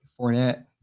fournette